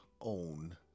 own